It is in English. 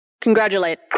congratulate